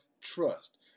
trust